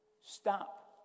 stop